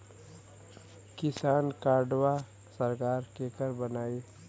किसान कार्डवा सरकार केकर बनाई?